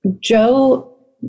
Joe